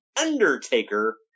Undertaker